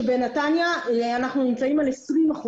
שבנתניה אנחנו נמצאים על 20%,